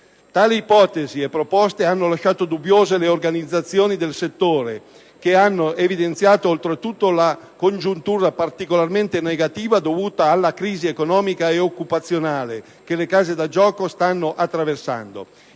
Tali ipotesi e proposte hanno lasciato dubbiose le organizzazioni del settore, che hanno evidenziato, oltretutto, la congiuntura particolarmente negativa, dovuta alla crisi economica e occupazionale, che le case da gioco stanno attraversando.